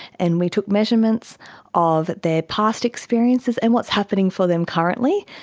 and we took measurements of their past experiences and what's happening for them currently,